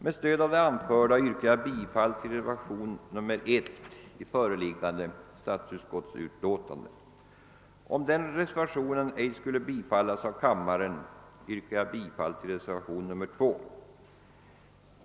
Med stöd av det anförda yrkar jag bifall till reservation 1 i föreliggande statsutskottsutlåtande. Om den reservationen ej skulle bifallas av kammaren, yrkar jag bifall till reservation 2.